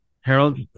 harold